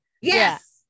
yes